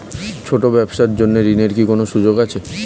ছোট ব্যবসার জন্য ঋণ এর কি কোন সুযোগ আছে?